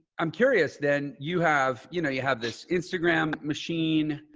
i'm curious then you have, you know, you have this instagram machine,